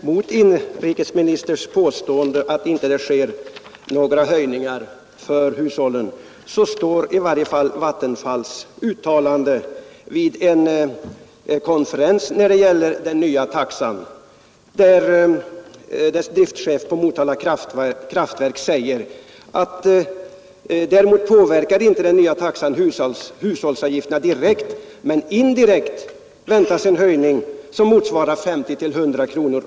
Mot inrikesministerns påstående att det inte sker några höjningar för hushållen står i varje fall Vattenfalls uttalande vid en konferens om den nya taxan, där dess driftchef på Motala kraftverk säger: ”Däremot påverkar inte den nya taxan hushållsavgifterna direkt men indirekt väntas en höjning som motsvarar 50 till 100 kr.